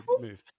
move